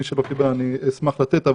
מי שלא קיבל אשמח לתת,